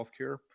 healthcare